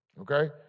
okay